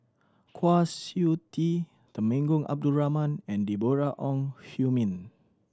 Kwa Siew Tee Temenggong Abdul Rahman and Deborah Ong Hui Min